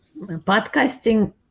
Podcasting